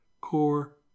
core